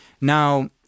Now